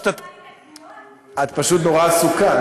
את פשוט נורא עסוקה.